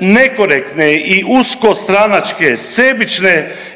nekorektne i usko stranačke sebične interese